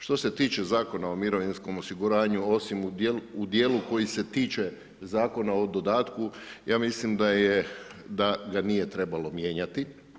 Što se tiče zakona o mirovinskom osiguranju, osim u djelu koji se tiče zakona o dodatku, ja mislim da ga nije trebalo mijenjati.